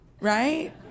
right